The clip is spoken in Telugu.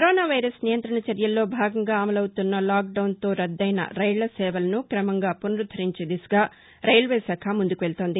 కరోనా వైరస్ నియంతణ చర్యల్లో భాగంగా అమలవుతున్న లాక్ డౌన్తో రద్దెన రైళ్ళ సేవలను క్రమంగా పునరుద్దరించే దిశగా రైల్వే శాఖ ముందుకెళ్తోంది